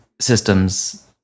systems